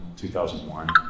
2001